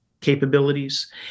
capabilities